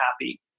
happy